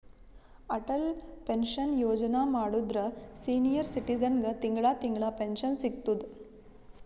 Atal pension ಯೋಜನಾ ಮಾಡುದ್ರ senior ಸಿಟಿಜನ್ಗ ತಿಂಗಳಾ ತಿಂಗಳಾ ಪೆನ್ಶನ್ ಸಿಗ್ತುದ್